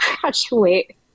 graduate